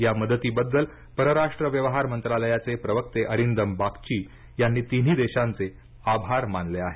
या मदतीबद्दल परराष्ट्र व्यवहार मंत्रालयाचे प्रवक्ते अरिंदम बागची यांनी तिन्ही देशांचे आभार मानले आहेत